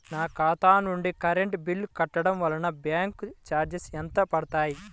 నా ఖాతా నుండి కరెంట్ బిల్ కట్టడం వలన బ్యాంకు చార్జెస్ ఎంత పడతాయా?